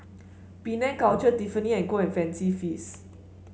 Penang Culture Tiffany And Co and Fancy Feast